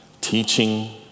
teaching